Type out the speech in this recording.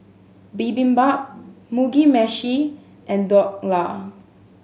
Bibimbap Mugi Meshi and Dhokla